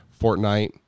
Fortnite